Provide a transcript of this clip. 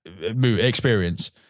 experience